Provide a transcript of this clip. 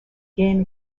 game